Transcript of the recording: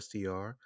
str